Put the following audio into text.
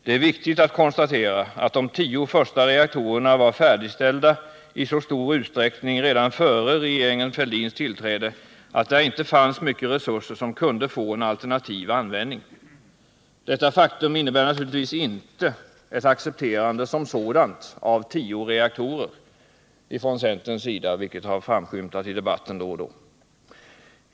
Det är viktigt att konstatera att de tio första reaktorerna redan före regeringen Fälldins tillträde var färdigställda i så stor utsträckning att där inte fanns mycket resurser som kunde få en alternativ användning. Detta faktum innebär naturligtvis inte ett accepterande som sådant av tio reaktorer från centerns sida, vilket då och då har framskymtat i debatten.